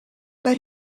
but